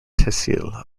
tehsil